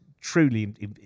truly